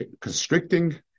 constricting